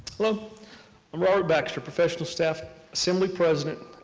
hello. i'm robert baxter, professional staff assembly president,